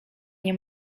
nie